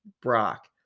Brock